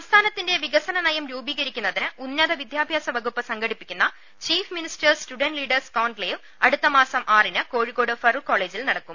സംസ്ഥാനത്തിന്റെ വികസനനയം രൂപീകരിക്കുന്നതിന് ഉന്നത വിദ്യാഭ്യാസ വകുപ്പ് സംഘടിപ്പിക്കുന്ന chief ministers student leaders conclave അടുത്തമാസം ആറിന് ്കോഴിക്കോട് ഫാറൂഖ് കോളേജിൽ നടക്കും